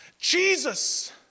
Jesus